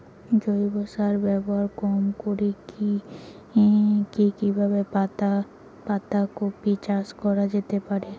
জৈব সার ব্যবহার কম করে কি কিভাবে পাতা কপি চাষ করা যেতে পারে?